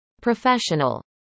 professional